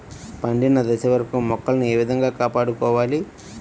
పండిన దశ వరకు మొక్కలను ఏ విధంగా కాపాడుకోవాలి?